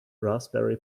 raspberry